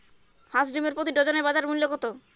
হাঁস ডিমের প্রতি ডজনে বাজার মূল্য কত?